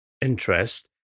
interest